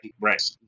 Right